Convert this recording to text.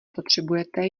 potřebujete